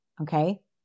Okay